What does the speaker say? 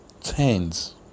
tens